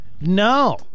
No